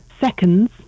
seconds